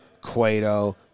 Cueto